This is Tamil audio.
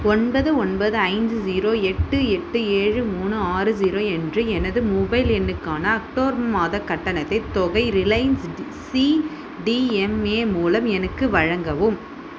ஒன்பது ஒன்பது ஐந்து ஸீரோ எட்டு எட்டு ஏழு மூணு ஆறு ஸீரோ என்ற எனது மொபைல் எண்ணுக்கான அக்டோபர் மாதக் கட்டணத்தைத் தொகை ரிலையன்ஸ் சிடிஎம்ஏ மூலம் எனக்கு வழங்கவும்